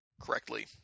correctly